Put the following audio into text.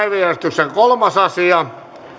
päiväjärjestyksen kolmas asia